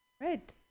Right